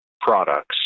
products